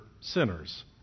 sinners